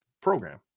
program